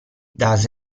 does